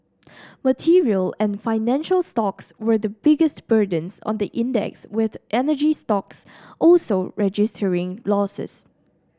material and financial stocks were the biggest burdens on the index with energy stocks also registering losses